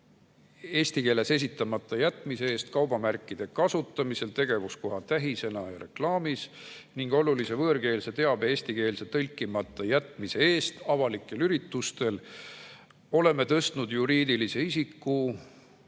eesti keeles esitamata jätmise eest kaubamärkide kasutamisel tegevuskoha tähisena ja reklaamis ning olulise võõrkeelse teabe eesti keelde tõlkimata jätmise eest avalikel üritustel oleme tõstnud juriidilise isiku